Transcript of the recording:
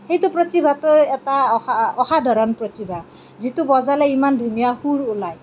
সেইটো প্ৰতিভাতো এটা অসাধাৰণ প্ৰতিভা যিটো বজালে ইমান ধুনীয়া সুৰ ওলায়